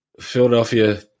Philadelphia